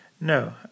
No